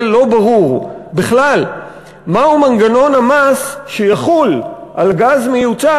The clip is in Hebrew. לא ברור בכלל מהו מנגנון המס שיחול על גז מיוצא,